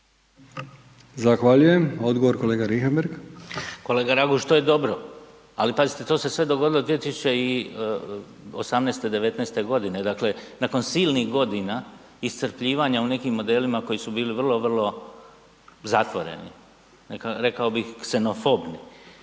Richembergh, Goran (GLAS)** Kolega Raguž to je dobro, ali pazite to se sve dogodilo 2018., 2019. godine dakle nakon silnih godina iscrpljivanja u nekim modelima koji su bili vrlo, vrlo zatvoreni, rekao bih ksenofobni.